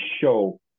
show